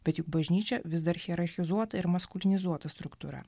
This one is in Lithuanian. bet juk bažnyčia vis dar hierarchizuota ir maskulnizuota struktūra